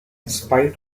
spite